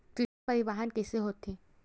श्रृंखला परिवाहन कइसे होथे?